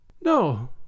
No